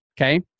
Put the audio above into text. okay